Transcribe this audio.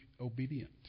obedient